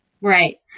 Right